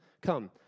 Come